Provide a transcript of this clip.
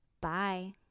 Bye